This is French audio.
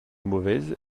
mauvaise